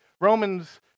romans